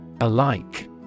Alike